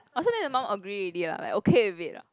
oh so then your mom agree already lah like okay with it ah